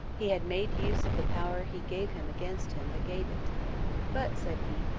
he had made use of the power he gave him against him that gave it but, said he,